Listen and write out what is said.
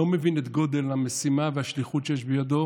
לא מבין את גודל המשימה והשליחות שיש בידו,